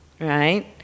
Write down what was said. right